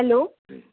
hello